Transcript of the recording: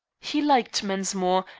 he liked mensmore,